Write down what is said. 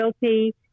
guilty